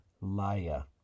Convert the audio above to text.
laya